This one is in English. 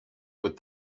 with